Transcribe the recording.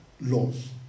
laws